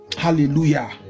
Hallelujah